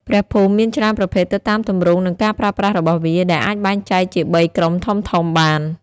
ព្រះភូមិមានច្រើនប្រភេទទៅតាមទម្រង់និងការប្រើប្រាស់របស់វា ដែលអាចបែងចែកជាបីក្រុមធំៗបាន។